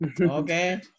Okay